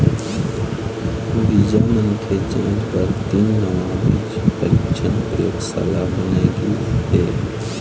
बीजा मन के जांच बर तीन नवा बीज परीक्छन परयोगसाला बनाए गिस हे